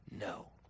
no